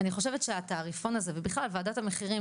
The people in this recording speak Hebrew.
אני חושבת שהתעריפון הזה ובכלל וועדת המחירים,